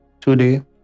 today